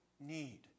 need